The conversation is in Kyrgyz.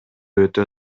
өтө